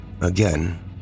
Again